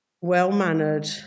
well-mannered